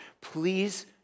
Please